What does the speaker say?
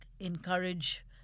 encourage